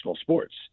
sports